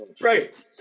Right